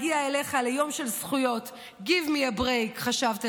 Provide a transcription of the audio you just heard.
להגיע אליך / ליום של 'זכויות' / גיב מי א ברייק / חשבת להיות?